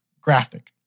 graphic